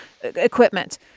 equipment